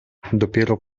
dopiero